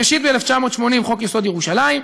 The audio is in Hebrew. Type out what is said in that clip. ראשית, "ב-1980, חוק-יסוד: ירושלים".